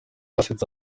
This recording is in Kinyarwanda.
asetsa